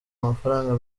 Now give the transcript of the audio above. amafaranga